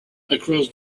across